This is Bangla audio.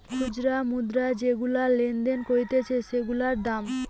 খুচরা মুদ্রা যেগুলা লেনদেন করতিছে সেগুলার দাম